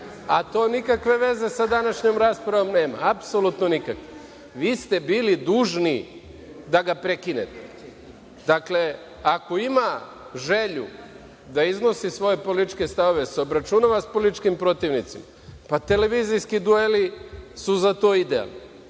a to nikakve veze sa današnjom raspravom nema, apsolutno nikakve. Vi ste bili dužni da ga prekinete. Dakle, ako ima želju da iznosi svoje političke stavove, da se obračunava sa političkim protivnicima, pa televizijski dueli su za to idealni,